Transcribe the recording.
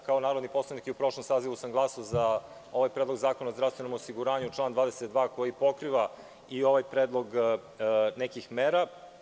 Kao narodni poslanik i u prošlom sazivu sam glasao za ovaj predlog zakona o zdravstvenom osiguranju član 22. koji pokriva i ovaj predlog nekih mera.